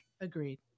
Agreed